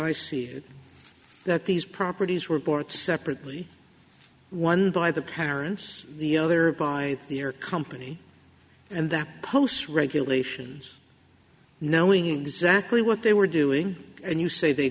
i see that these properties report separately one by the parents the other by their company and the post regulations knowing exactly what they were doing and you say they